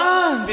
on